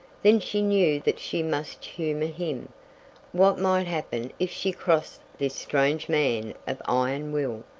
then she knew that she must humor him what might happen if she crossed this strange man of iron will,